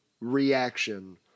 reaction